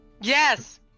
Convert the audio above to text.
Yes